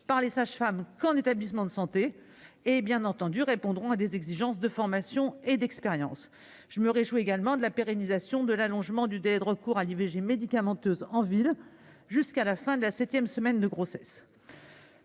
par les sages-femmes qu'en établissement de santé. Bien entendu, elles répondront à des exigences de formation et d'expérience. Je me réjouis également de la pérennisation de l'allongement du délai de recours à l'IVG médicamenteuse en ville jusqu'à la fin de la septième semaine de grossesse.